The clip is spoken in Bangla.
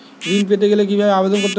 ঋণ পেতে গেলে কিভাবে আবেদন করতে হবে?